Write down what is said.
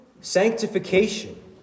sanctification